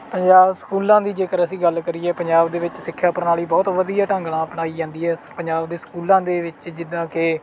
ਪੰਜਾਬ ਸਕੂਲਾਂ ਦੀ ਜੇਕਰ ਅਸੀਂ ਗੱਲ ਕਰੀਏ ਪੰਜਾਬ ਦੇ ਵਿੱਚ ਸਿੱਖਿਆ ਪ੍ਰਣਾਲੀ ਬਹੁਤ ਵਧੀਆ ਢੰਗ ਨਾਲ ਅਪਣਾਈ ਜਾਂਦੀ ਹੈ ਸ ਪੰਜਾਬ ਦੇ ਸਕੂਲਾਂ ਦੇ ਵਿੱਚ ਜਿੱਦਾਂ ਕਿ